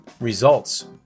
results